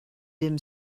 dim